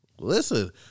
Listen